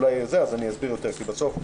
ברורה מדיניות הבדיקות לגביה אז אסביר יותר.